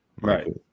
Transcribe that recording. Right